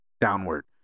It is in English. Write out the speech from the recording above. downward